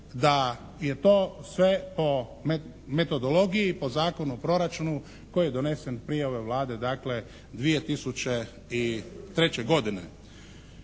da je to sve po metodologiji, po Zakonu o proračunu koji je donesen prije ove Vlade, dakle 2003. godine.